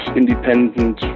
independent